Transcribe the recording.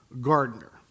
gardener